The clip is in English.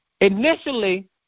Initially